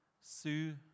sue